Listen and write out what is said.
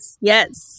Yes